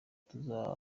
tuzaba